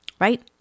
right